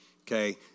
Okay